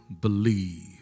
believe